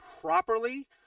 properly